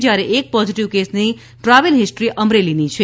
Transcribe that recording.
જ્યારે એક પોઝીટીવ કેસની ટ્રાવેલ હિસ્ટ્રી અમરેલીની છે